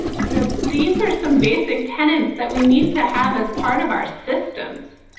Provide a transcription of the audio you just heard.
you know these are some basic tenants that we need to have as part of our systems,